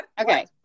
Okay